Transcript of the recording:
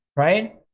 right?